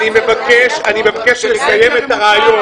אני מבקש לסיים את הרעיון.